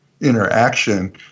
interaction